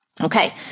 Okay